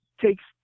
takes